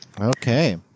Okay